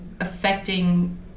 affecting